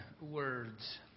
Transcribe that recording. words